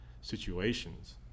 situations